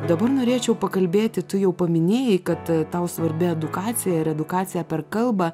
dabar norėčiau pakalbėti tu jau paminėjai kad tau svarbi edukacija ir edukacija per kalbą